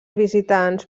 visitants